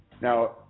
Now